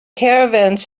caravans